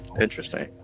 Interesting